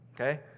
okay